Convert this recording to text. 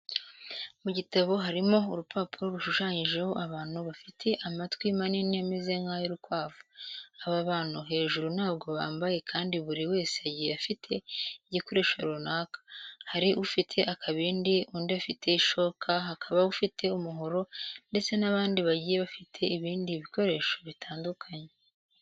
Mu gitabo harimo urupapuro rushushanyijeho abantu bafite amatwi manini ameze nk'ay'urukwavu. Aba bantu hejuru ntabwo bambaye kandi buri wese agiye afite igikoresho runaka. Hari ufite akabindi, undi afite ishoka, hakaba ufite umuhoro ndetse n'abandi bagiye bafite ibindi bikoresho bitandukanye.